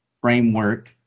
framework